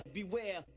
beware